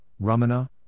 Ramana